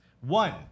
One